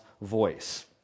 voice